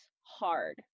hard